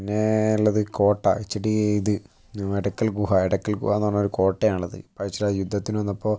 പിന്നെ ഉള്ളത് കോട്ട വെച്ചിട്ട് ഇത് എടക്കല് ഗുഹ എടക്കല് ഗുഹ എന്ന് പറഞ്ഞാൽ ഒരു കോട്ടയാണത് പഴശ്ശിരാജ യുദ്ധത്തിനു വന്നപ്പോൾ